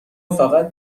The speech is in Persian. فقط